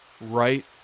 Right